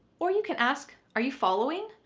or you can ask, are you following?